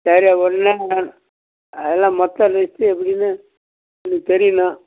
சரி அப்போ அதெல்லாம் மொத்த லிஸ்ட்டு எப்படின்னு எங்களுக்கு தெரியணும்